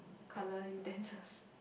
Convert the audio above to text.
colour utensils